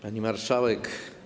Pani Marszałek!